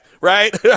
right